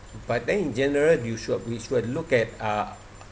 but then in general you should have we should have look at uh